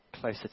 closer